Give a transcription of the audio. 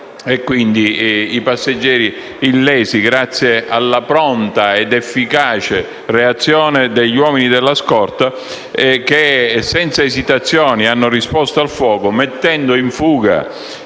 lasciato i passeggeri illesi, grazie alla pronta ed efficace reazione degli uomini della scorta che senza esitazione hanno risposto al fuoco, mettendo in fuga